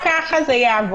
רק ככה זה יעבוד.